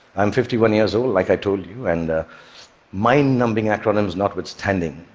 i am fifty one years old, like i told you, and mind-numbing acronyms notwithstanding,